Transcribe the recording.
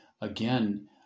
again